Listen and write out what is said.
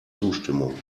zustimmung